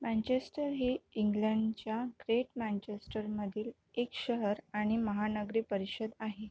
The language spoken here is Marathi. मँचेस्टर हे इंग्लंडच्या ग्रेट मँचेस्टरमधील एक शहर आणि महानगरी परिषद आहे